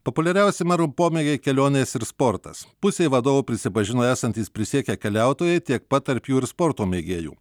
populiariausi merų pomėgiai kelionės ir sportas pusė vadovų prisipažino esantys prisiekę keliautojai tiek pat tarp jų ir sporto mėgėjų